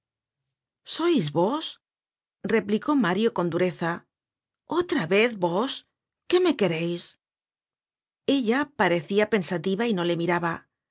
sois vos replicó mario con dureza otra vez vos qué me quereis ella parecia pensativa y no le miraba